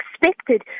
expected